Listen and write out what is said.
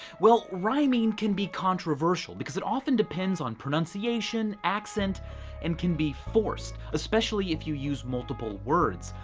well, rhyming can be controversial because it often depends on pronunciation, accent and can be forced. especially if you use multiple words,